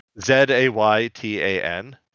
Z-A-Y-T-A-N